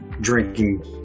drinking